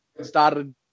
started